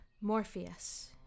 Morpheus